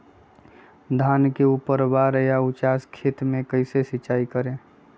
धान के ऊपरवार या उचास खेत मे कैसे सिंचाई करें?